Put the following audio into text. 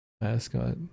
mascot